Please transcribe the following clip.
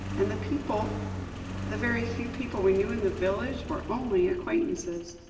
and the people the very few people we knew in the village, were only acquaintances.